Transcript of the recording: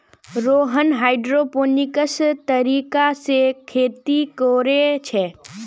Rohan hydroponics तरीका से खेती कोरे छे